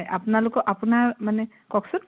আপোনালোকৰ আপোনাৰ মানে কওকচোন